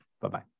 Bye-bye